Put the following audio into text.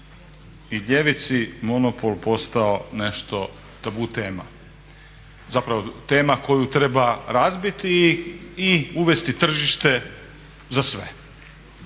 i ljevici monopol postao nešto tabu tema, zapravo tema koju treba razbiti i uvesti tržište za sve.